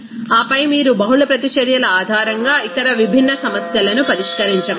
ఆపై మీరు బహుళ ప్రతిచర్యల ఆధారంగా ఇతర విభిన్న సమస్యలను పరిష్కరించగలరు